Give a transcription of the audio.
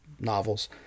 novels